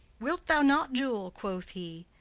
wilt thou not, jule quoth he,